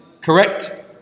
correct